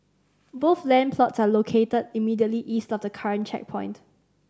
both land plots are located immediately east of the current checkpoint